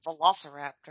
Velociraptor